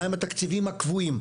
מהם התקציבים הקבועים?